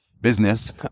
business